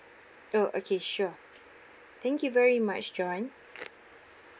oh okay sure thank you very much john